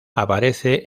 aparece